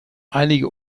einige